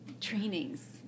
trainings